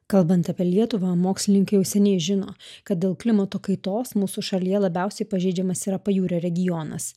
kalbant apie lietuvą mokslininkai jau seniai žino kad dėl klimato kaitos mūsų šalyje labiausiai pažeidžiamas yra pajūrio regionas